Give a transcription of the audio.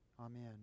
Amen